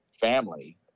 family